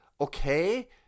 okay